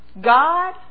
God